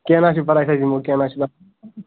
کیٚنٛہہ نہٕ حظ چھُ پرواے أسۍ حظ یِمو کیںٛہہ نہٕ حظ